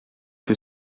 que